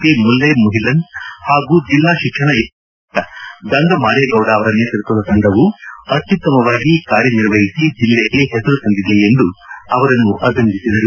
P Mullai Muhilan ಹಾಗೂ ಜಿಲ್ಲಾ ಶಿಕ್ಷಣ ಇಲಾಖೆಯ ಉಪನಿರ್ದೇಶಕ ಗಂಗಮಾರೇಗೌಡ ಅವರ ನೇತೃತ್ವದ ತಂಡವು ಅತ್ತುತ್ತಮವಾಗಿ ಕಾರ್ಯನಿರ್ವಹಿಸಿ ಜಲ್ಲೆಗೆ ಹೆಸರು ತಂದಿದೆ ಎಂದು ಅಭಿನಂದಿಸಿದ್ದಾರೆ